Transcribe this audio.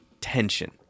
tension